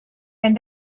and